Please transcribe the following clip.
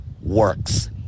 works